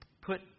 put